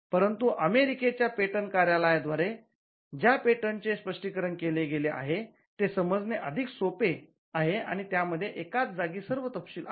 परंतु अमेरिकेच्या पेटंट कार्यालयाद्व्यारे ज्या पेटंटचे स्पष्टीकरण केले गेले आहे ते समजणे अधिक सोपे आहे आणि त्यामध्ये एकाच जागी सर्व तपशील आहेत